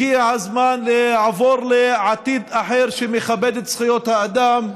הגיע הזמן לעבור לעתיד אחר, שמכבד את זכויות האדם.